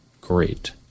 great